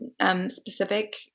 Specific